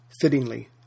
fittingly